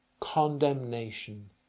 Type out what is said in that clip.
condemnation